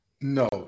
No